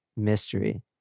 Mystery